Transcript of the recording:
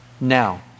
Now